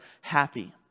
happy